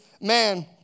man